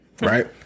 Right